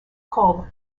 called